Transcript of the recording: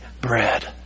bread